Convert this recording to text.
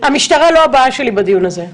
--- המשטרה היא לא הבעיה שלי בדיון הזה.